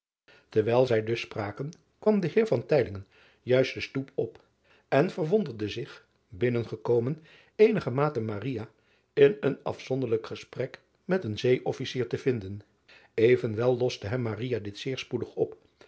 erwijl zij dus spraken kwam de eer juist de stoep op en verwonderde zich binnen gekomen eenigermate in een aszonderlijk driaan oosjes zn et leven van aurits ijnslager gesprek met een eeofficier te vinden evenwel loste hem dit zeer spoedig op